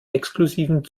exklusiven